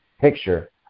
picture